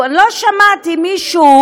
לא שמעתי מישהו,